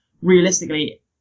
realistically